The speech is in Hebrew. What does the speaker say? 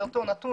זה אותו נתון,